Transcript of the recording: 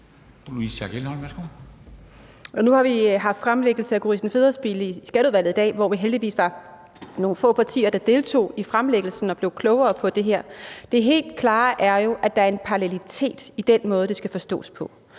Nu har vi haft en fremlæggelse fra Gorrissen Federspiel i Skatteudvalget i dag, hvor vi heldigvis var nogle få partier, der deltog i fremlæggelsen og blev klogere på det her. Det helt klare er jo, at der er parallelitet i den måde, det skal forstås på.